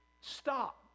stop